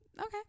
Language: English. okay